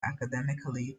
academically